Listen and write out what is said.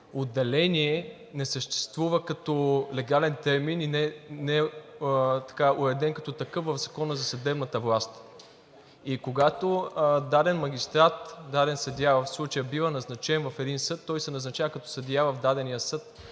„отделение“ не съществува като легален термин и не е уреден като такъв в Закона за съдебната власт. Когато даден магистрат, даден съдия в случая, бива назначен в един съд, той се назначава като съдия в дадения съд,